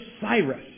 Cyrus